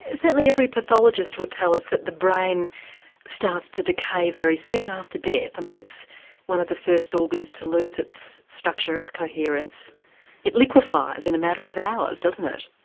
certainly every pathologist would tell us that the brain starts to decay very soon after death. i mean it's one of the first organs to lose its structure, its coherence it liquefies in a matter of hours doesn't it?